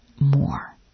more